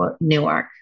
Newark